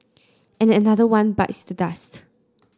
and another one bites the dust